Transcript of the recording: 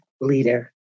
leader